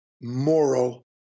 moral